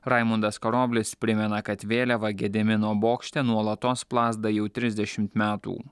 raimundas karoblis primena kad vėliava gedimino bokšte nuolatos plazda jau trisdešimt metų